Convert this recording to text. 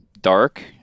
dark